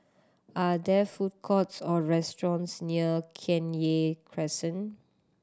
are there food courts or restaurants near Kenya Crescent